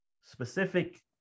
Specific